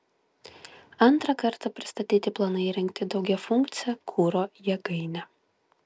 antrą kartą pristatyti planai įrengti daugiafunkcę kuro jėgainę